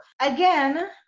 again